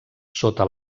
sota